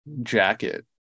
jacket